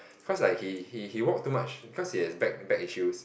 cause like he he he walk too much cause he has back back issues